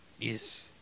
Yes